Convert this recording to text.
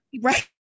right